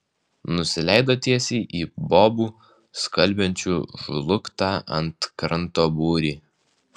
nusileido tiesiai į bobų skalbiančių žlugtą ant kranto būrį